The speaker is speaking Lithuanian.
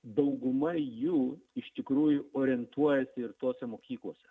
dauguma jų iš tikrųjų orientuojasi ir tose mokyklose